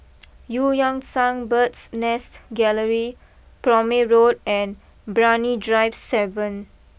Eu Yan Sang Bird's Nest Gallery Prome Road and Brani Drive seven